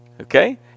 Okay